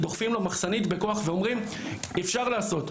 דוחפים לו מחסנית בכוח ואומרים שאפשר לעשות,